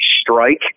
Strike